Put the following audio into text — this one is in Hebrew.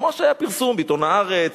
כמו שהיה פרסום בעיתון "הארץ",